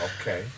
Okay